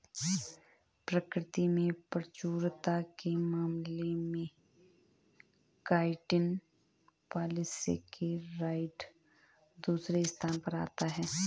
प्रकृति में प्रचुरता के मामले में काइटिन पॉलीसेकेराइड दूसरे स्थान पर आता है